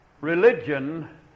Religion